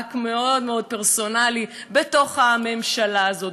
מאבק מאוד מאוד פרסונלי בתוך הממשלה הזאת.